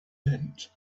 meant